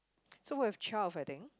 so what if child I think